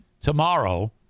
tomorrow